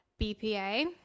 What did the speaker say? BPA